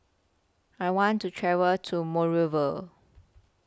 I want to travel to Monrovia